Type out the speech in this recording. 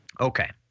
Okay